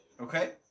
Okay